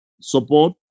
support